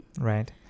Right